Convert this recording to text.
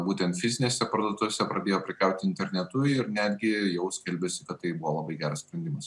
būtent fizinėse parduotuvėse pradėjo prekiauti internetu ir netgi jau skelbiasi kad tai buvo labai geras sprendimas